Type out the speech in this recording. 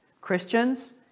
Christians